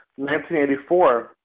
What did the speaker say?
1984